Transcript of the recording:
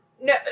No